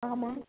ஆமாம்